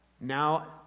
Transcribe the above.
Now